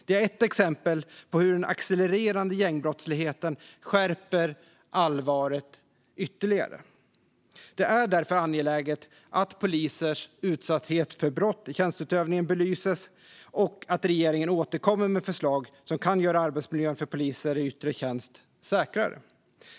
Det är ett exempel på hur den accelererande gängbrottsligheten skärper allvaret ytterligare. Det är därför angeläget att polisers utsatthet för brott i tjänsteutövningen belyses och att regeringen återkommer med förslag som kan göra arbetsmiljön för poliser i yttre tjänst säkrare.